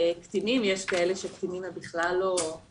יש כאלה שקטינים בכלל לא מצויים בסכנה.